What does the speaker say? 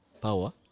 power